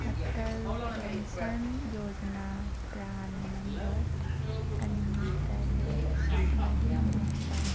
Atal pension ꯌꯣꯖꯅꯥ PRAN number ꯑꯅꯤ ꯇꯔꯦꯠ ꯃꯔꯤ ꯃꯥꯄꯜ